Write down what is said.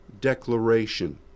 declaration